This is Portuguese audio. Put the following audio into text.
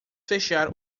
fechar